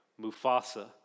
Mufasa